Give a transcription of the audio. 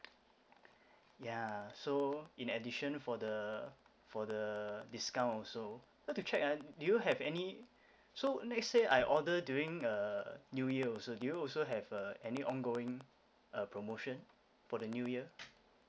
ya so in addition for the for the discount also like to check ah do you have any so let's say I order during uh new year also do you also have uh any ongoing uh promotion for the new year